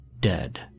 dead